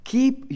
Keep